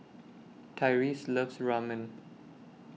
Tyrese loves Ramen